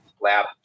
Lab